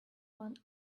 one